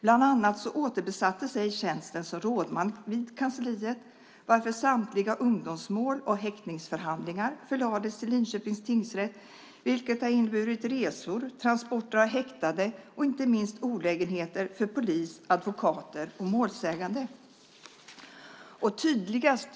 Bland annat återbesattes inte tjänsten som rådman vid kansliet varför samtliga ungdomsmål och häktningsförhandlingar förlades till Linköpings tingsrätt, vilket inneburit resor, transporter av häktade och inte minst olägenheter för polis, advokater och målsägande.